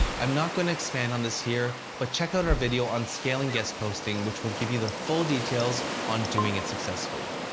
i'm not going to expand on this here, but check out our video on scaling guest posting which will give you the full details on doing it successfully.